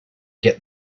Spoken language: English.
get